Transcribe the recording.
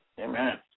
Amen